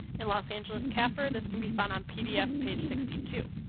in los angeles's cafr this can be found on pdf page sixty two.